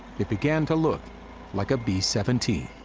it began to look like a b seventeen.